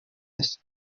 است